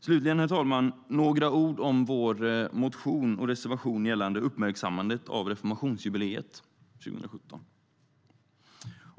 Slutligen, herr talman, vill jag säga några ord om vår motion och reservation gällande uppmärksammandet av reformationsjubileet 2017.